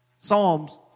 Psalms